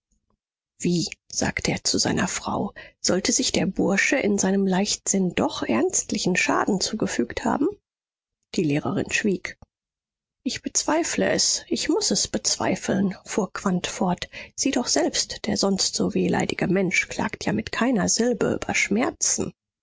wie sagte er zu seiner frau sollte sich der bursche in seinem leichtsinn doch ernstlichen schaden zugefügt haben die lehrerin schwieg ich bezweifle es ich muß es bezweifeln fuhr quandt fort sieh doch selbst der sonst so wehleidige mensch klagt ja mit keiner silbe über schmerzen